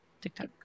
tiktok